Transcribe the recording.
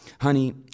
Honey